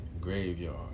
Graveyard